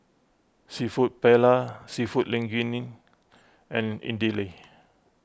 Seafood Paella Seafood Linguine and Idili